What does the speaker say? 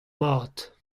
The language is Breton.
mat